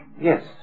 Yes